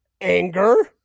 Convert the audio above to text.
anger